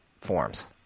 forms